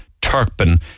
Turpin